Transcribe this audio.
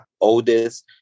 oldest